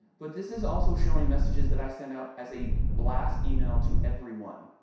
but this is also showing messages that i sent out as a blast email to everyone.